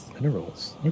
Minerals